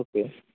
okay